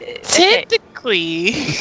Typically